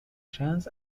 trans